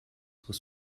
were